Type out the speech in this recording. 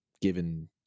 given